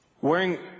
wearing